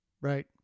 Right